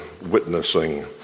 witnessing